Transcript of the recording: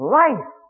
life